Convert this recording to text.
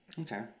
Okay